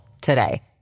today